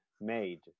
made